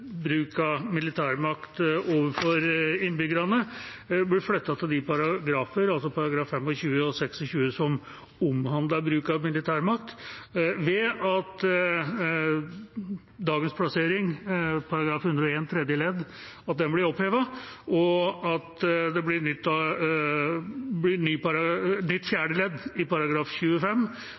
bruk av militærmakt overfor innbyggerne, blir flyttet til de paragrafer, altså §§ 25 og 26, som omhandler bruk av militærmakt, ved at dagens plassering, § 101 tredje ledd, blir opphevet, og det blir et nytt fjerde ledd i § 25